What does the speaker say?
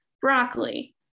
broccoli